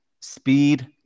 speed